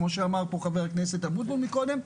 כמו שאמר פה ח"כ אבוטבול מקודם,